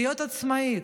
להיות עצמאית,